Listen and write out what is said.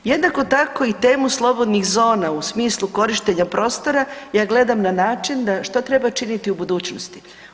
Jednako tako, i temu slobodnih zona u smislu korištenja prostora, ja gledam na način da što treba činiti u budućnosti.